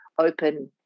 open